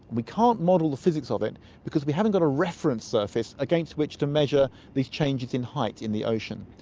we can't model the physics of it because we haven't got a reference surface against which to measure these changes in height in the ocean.